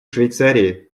швейцарии